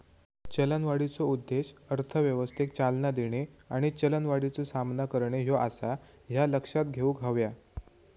चलनवाढीचो उद्देश अर्थव्यवस्थेक चालना देणे आणि चलनवाढीचो सामना करणे ह्यो आसा, ह्या लक्षात घेऊक हव्या